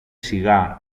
σιγά